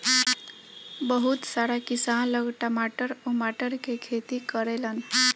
बहुत सारा किसान लोग टमाटर उमाटर के खेती करेलन